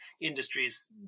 industries